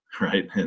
right